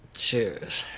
cheers.